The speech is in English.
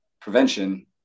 prevention